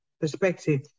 perspective